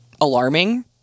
alarming